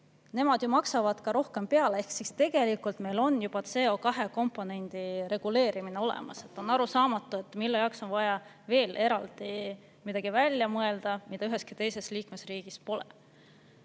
kütust, maksavad ju rohkem peale. Ehk siis tegelikult meil juba on CO2‑komponendi reguleerimine olemas. On arusaamatu, mille jaoks on vaja veel eraldi välja mõelda midagi, mida üheski teises liikmesriigis pole.